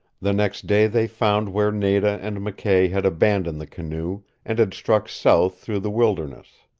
the next day they found where nada and mckay had abandoned the canoe, and had struck south through the wilderness.